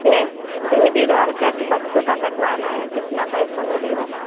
play baby doll cut बच्चों का कटवाना है कितना पैसा लगेगा